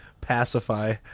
Pacify